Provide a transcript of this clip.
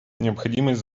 необходимость